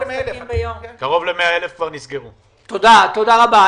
אדוני היושב-ראש, תודה רבה.